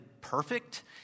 perfect